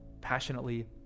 passionately